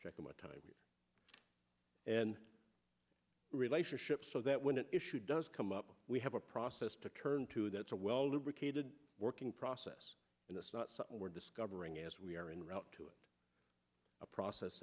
checking the time and relationships so that when an issue does come up we have a process to turn to that's a well lubricated working process and it's not something we're discovering as we are in route to it a process